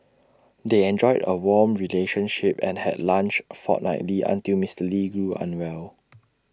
they enjoyed A warm relationship and had lunch fortnightly until Mister lee grew unwell